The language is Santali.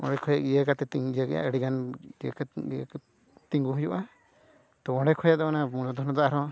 ᱚᱸᱰᱮ ᱠᱷᱚᱱᱟᱜ ᱤᱭᱟᱹ ᱠᱟᱛᱮᱫ ᱤᱧ ᱤᱭᱟᱹ ᱜᱮᱭᱟ ᱟᱹᱰᱤ ᱜᱟᱱ ᱛᱤᱸᱜᱩ ᱦᱩᱭᱩᱜᱼᱟ ᱛᱚ ᱚᱸᱰᱮ ᱠᱷᱚᱱᱟᱜ ᱫᱚ ᱢᱩᱲ ᱫᱷᱚᱱ ᱫᱚ ᱟᱨᱦᱚᱸ